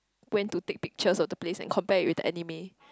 went to take pictures of the place and compare it with the anime